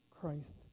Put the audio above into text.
Christ